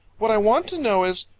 what i want to know is,